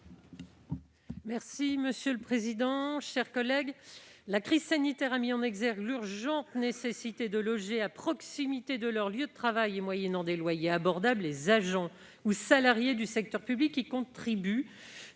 est à Mme Valérie Létard. La crise sanitaire a mis en exergue l'urgente nécessité de loger à proximité de leur lieu de travail, et moyennant des loyers abordables, les agents ou salariés du secteur public qui contribuent